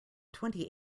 twenty